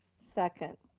second.